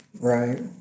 Right